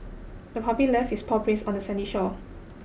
the puppy left its paw prints on the sandy shore